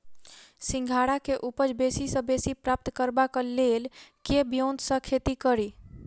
सिंघाड़ा केँ उपज बेसी सऽ बेसी प्राप्त करबाक लेल केँ ब्योंत सऽ खेती कड़ी?